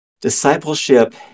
Discipleship